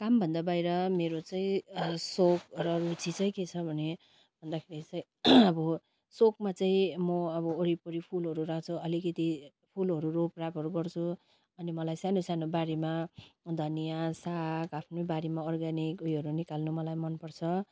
काम भन्दा बाहिर मेरो चाहिँ सोख र रुचि चाहिँ के छ भने भन्दाखेरि चाहिँ अब सोखमा चाहिँ म अब वरिपरि फुलहरू राख्छु अलिकति फुलहरू रोपरापहरू गर्छु अनि मलाई सानो सानो बारीमा धनिया साग आफ्नै बारीमा अर्ग्यानिक उयोहरू निकाल्नु मलाई मनपर्छ